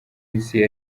isi